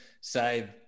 say